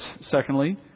secondly